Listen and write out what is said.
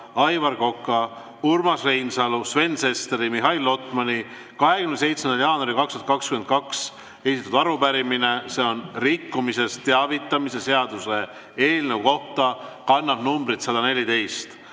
Aivar Koka, Urmas Reinsalu, Sven Sesteri ja Mihhail Lotmani 27. jaanuaril 2022 esitatud arupärimine rikkumisest teavitamise seaduse eelnõu kohta. See kannab numbrit 114.